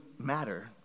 matter